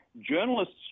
journalists